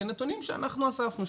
זה נתונים שאנחנו אספנו.